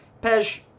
Pej